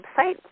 website